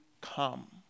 come